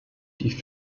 die